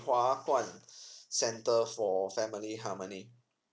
hua kwan center for family harmony